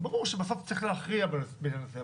ברור שבסוף צריך להכריע בעניין הזה,